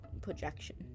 projection